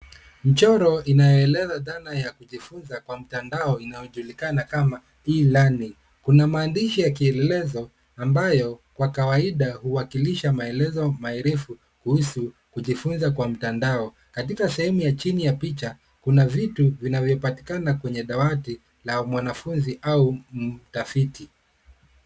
Mchoro inayoeleza dhana ya kujifunza kwa mtandao inayojulikana kama e-learning . Kuna maandishi ya kielelezo ambayo kwa kawaida huwakilisha maelezo marefu kuhusu kujifunza kwa mtandao. Katika sehemu ya chini ya picha kuna vitu vinavyopatikana kwenye dawati la mwanafunzi au mtafiti.